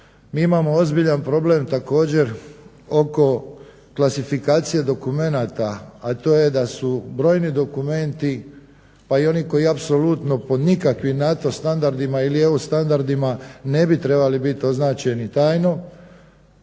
Mi imamo ozbiljan problem također oko klasifikacije dokumenata, a to je da su brojni dokumenti pa i oni koji apsolutno po nikakvim NATO standardima ili EU standardima ne bi trebali biti označi tajno.